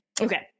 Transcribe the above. Okay